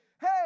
hey